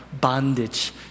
bondage